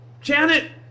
Janet